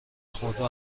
خودرو